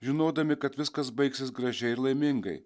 žinodami kad viskas baigsis gražiai ir laimingai